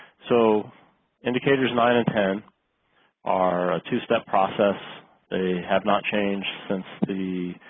so indicators nine and ten are a two-step process they have not changed since the